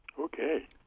Okay